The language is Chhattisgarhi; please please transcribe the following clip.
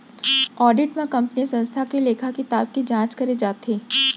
आडिट म कंपनीय संस्था के लेखा किताब के जांच करे जाथे